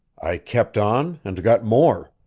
i kept on, and got more.